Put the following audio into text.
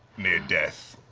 near death.